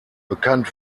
bekannt